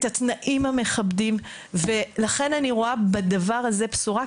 את התנאים המכבדים ולכן אני רואה בדבר הזה בשורה.